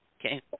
Okay